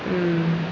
ம்